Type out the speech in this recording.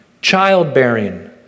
Childbearing